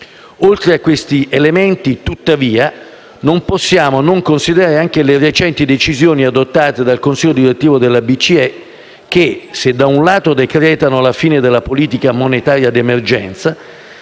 Oltre a questi elementi, tuttavia, non possiamo non considerare anche le recenti decisioni adottate dal Consiglio direttivo della BCE che, se da un lato decretano la fine della politica monetaria di emergenza,